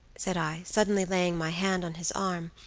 said i, suddenly laying my hand on his arm,